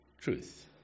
truth